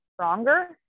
stronger